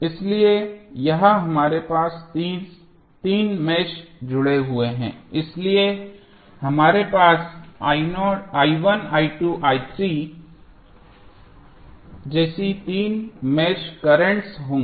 इसलिए यहां हमारे पास तीन मेष जुड़े हुए हैं इसलिए हमारे पास और जैसी तीन मेष कर्रेंटस होंगी